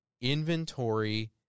inventory